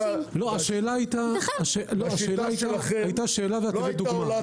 היתה שאלה ואת הבאת דוגמה.